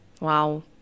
Wow